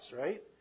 right